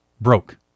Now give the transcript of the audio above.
broke